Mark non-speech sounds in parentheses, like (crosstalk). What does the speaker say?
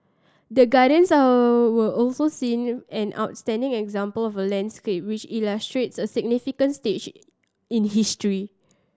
the Gardens (unintelligible) was also seen an outstanding example of a landscape which illustrates a significant stage in history